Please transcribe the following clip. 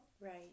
Right